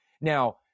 Now